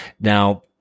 Now